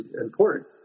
important